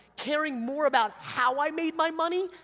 caring more about how i made my money,